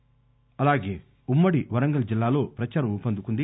వరంగల్ అలాగే ఉమ్మడి వరంగల్ జిల్లాలో ప్రదారం ఊపందుకుంది